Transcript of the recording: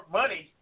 money